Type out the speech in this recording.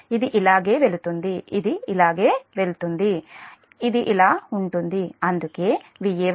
ఇది ఇలాగే వెళుతుంది ఇది ఇలాగే వెళుతుంది ఇలా ఉంటుంది ఇది ఇలా ఉంటుంది ఇది ఇలా ఉంటుంది